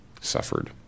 suffered